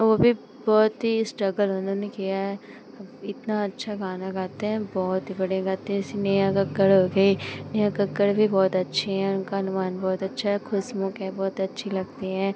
वे भी बहुत ही इस्ट्रगल उन्होंने किया है हं इतना अच्छा गाना गाते हैं बहुत ही बढ़िया गाते हैं जैसे नेहा कक्कड़ हो गई नेहा कक्कड़ भी बहुत अच्छी हैं उनका अनुमान बहुत अच्छा है ख़ुशमुख हैं बहुत अच्छी लगती हैं